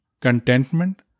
contentment